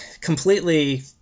completely